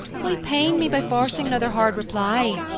why pain me by forcing another hard reply,